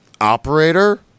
operator